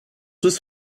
was